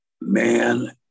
man